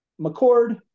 McCord